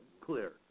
clear